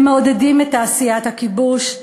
הם מעודדים את תעשיית הכיבוש,